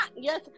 Yes